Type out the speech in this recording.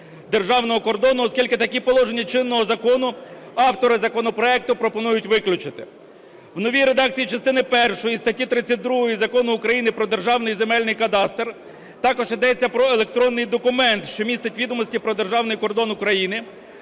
державного кордону, оскільки такі положення чинного закону автори законопроекту пропонують виключити. В новій редакції частини першої статті 32 Закону України "Про Державний земельний кадастр" також йдеться про електронний документ, що містить відомості про державний кордон України.